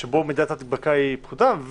שבו מידת ההדבקה היא פחותה,